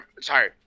Sorry